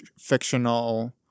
fictional